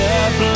up